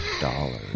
dollars